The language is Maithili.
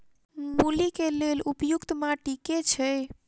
मूली केँ लेल उपयुक्त माटि केँ छैय?